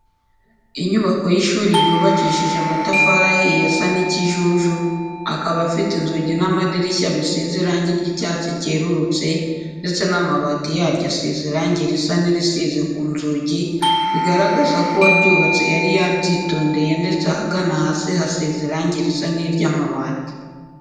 Inyubako y'ishuri ryubakishije amatafari ahiye asa n'ikijuju akaba afite inzugi n'amadirishyabisize irange ry'icyatsi cyerurutse ndetse n'amabati yaryo asizre irange risa n'irisize ku nzugi bigaragaza ko uwaryubatse yari yabyitondeye ndetse ahagana hasi hasize irange risa n'iry'amabati.